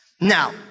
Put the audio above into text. Now